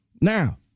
Now